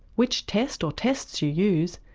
which test or tests you use,